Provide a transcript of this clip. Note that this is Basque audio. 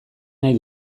nahi